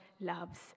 loves